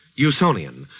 usonian,